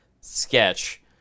sketch